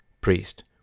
priest